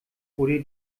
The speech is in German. wurde